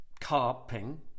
carping